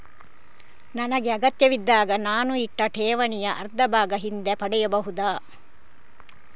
ನನಗೆ ಅಗತ್ಯವಿದ್ದಾಗ ನಾನು ಇಟ್ಟ ಠೇವಣಿಯ ಅರ್ಧಭಾಗ ಹಿಂದೆ ಪಡೆಯಬಹುದಾ?